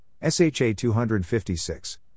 SHA-256